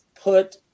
put